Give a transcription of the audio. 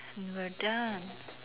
we're done